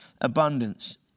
abundance